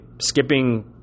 skipping